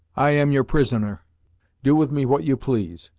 i am your prisoner do with me what you please.